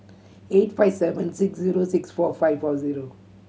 eight five seven six zero six four five four zero